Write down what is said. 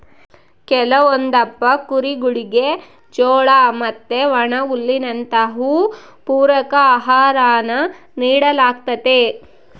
ಕೆಲವೊಂದಪ್ಪ ಕುರಿಗುಳಿಗೆ ಜೋಳ ಮತ್ತೆ ಒಣಹುಲ್ಲಿನಂತವು ಪೂರಕ ಆಹಾರಾನ ನೀಡಲಾಗ್ತತೆ